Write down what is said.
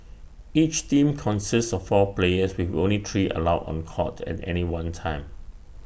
each team consists of four players with only three allowed on court at any one time